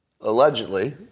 allegedly